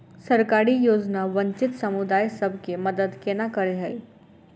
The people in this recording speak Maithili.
सरकारी योजना वंचित समुदाय सब केँ मदद केना करे है?